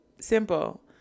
Simple